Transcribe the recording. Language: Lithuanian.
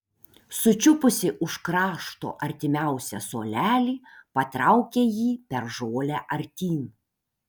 sučiupusi už krašto artimiausią suolelį patraukė jį per žolę artyn